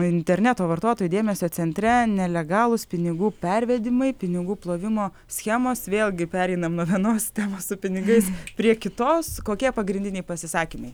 interneto vartotojų dėmesio centre nelegalūs pinigų pervedimai pinigų plovimo schemos vėlgi pereinam nuo vienos temos su pinigais prie kitos kokie pagrindiniai pasisakymai